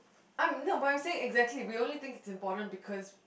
I'm no but I'm saying exactly we only think it's important because